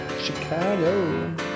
Chicago